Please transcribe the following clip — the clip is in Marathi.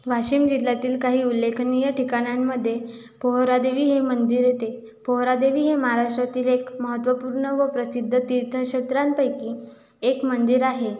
वाशिम जिल्ह्यातील काही उल्लेखनीय ठिकानांमध्ये पोहरादेवी हे मंदिर येते पोहरादेवी हे महाराष्ट्रातील एक महत्त्वपूर्ण व प्रसिद्ध तीर्थक्षेत्रांपैकी एक मंदिर आहे